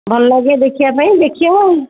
ଭଲ ଲାଗେ ଦେଖିବା ପାଇଁ ଦେଖିବା ଆଉ